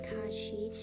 Kashi